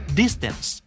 distance